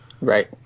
Right